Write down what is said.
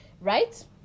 right